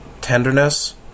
tenderness